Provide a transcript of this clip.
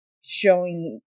showing